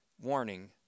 warning